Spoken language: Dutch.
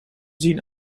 zien